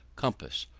compass,